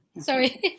Sorry